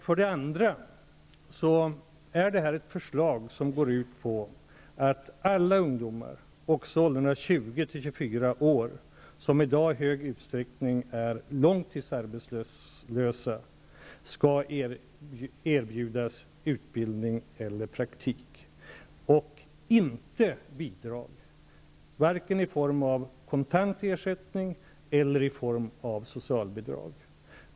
För det andra går det här förslaget ut på att alla ungdomar -- också ungdomar i åldrarna 20--24 år, som i dag i stor utsträckning är långtidsarbetslö sa -- skall erbjudas utbildning eller praktik. De skall inte erbjudas bidrag vare sig i form av kon tant ersättning eller i form av socialbidrag.